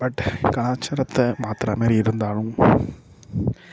but கலாச்சாரத்தை மாத்துறமாரி இருந்தாலும்